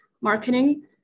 marketing